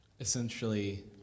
essentially